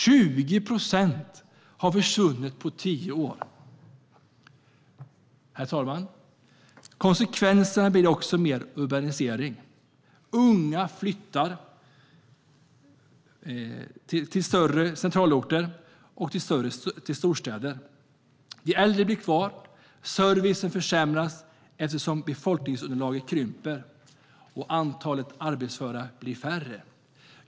20 procent har försvunnit på tio år. Herr talman! Konsekvenserna blir också mer urbanisering. Unga flyttar till större centralorter och storstäder. De äldre blir kvar. Servicen försämras eftersom befolkningsunderlaget krymper, och antalet arbetsföra blir färre.